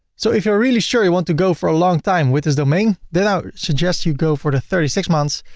so if you're really sure you want to go for a long time with this domain, then i would suggest you go for the thirty six months.